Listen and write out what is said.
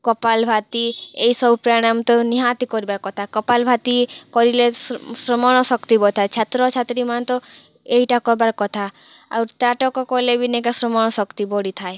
କପାଲ୍ ଭାର୍ତି ଏହି ସବୁ ପ୍ରାଣାୟମ୍ ତ ନିହାତି କର୍ବା କଥା କପାଲ୍ ଭାର୍ତି କରିଲେ ସ୍ମରଣଶକ୍ତି ବଢ଼ିଥାଏ ଛାତ୍ରଛାତ୍ରୀ ମାନେ ତ ଏଇଟା କରବାର କଥା ଆଉ କଲେ ବି ସ୍ମରଣ ଶକ୍ତି ବଢ଼ିଥାଏ